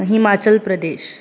Himachal Pradesh